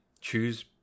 choose